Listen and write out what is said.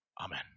Amen